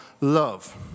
love